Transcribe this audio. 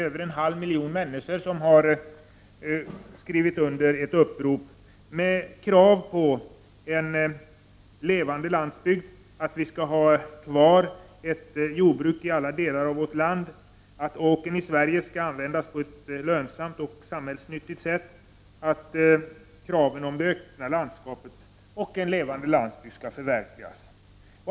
Över en halv miljon människor har skrivit under ett upprop med krav på en levande landsbygd, att vi skall ha kvar ett jordbruk i alla delar av vårt land, att åkern i Sverige skall användas på ett lönsamt och samhällsnyttigt sätt och att kraven på det öppna landskapet och en levande landsbygd skall förverkligas.